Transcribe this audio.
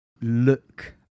look